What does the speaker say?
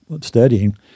studying